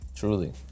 Truly